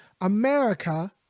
america